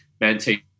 maintain